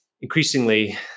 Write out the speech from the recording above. increasingly